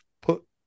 Put